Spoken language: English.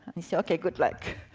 he said, okay, good luck.